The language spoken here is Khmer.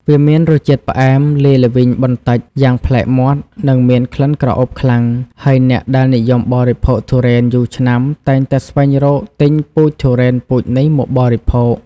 វាមានរសជាតិផ្អែមលាយល្វីងបន្តិចយ៉ាងប្លែកមាត់ និងមានក្លិនក្រអូបខ្លាំង ហើយអ្នកដែលនិយមបរិភោគទុរេនយូរឆ្នាំតែងតែស្វែងរកទិញពូជទុរេនពូជនេះមកបរិភោគ។